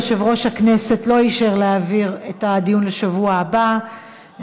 יושב-ראש הכנסת לא אישר להעביר את הדיון לשבוע הבא,